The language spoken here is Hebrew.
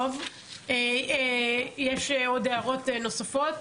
יש עוד הערות נוספות?